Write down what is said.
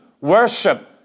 Worship